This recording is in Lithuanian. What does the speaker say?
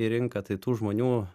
į rinką tai tų žmonių